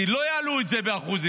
כי לא יעלו את זה ב-1%.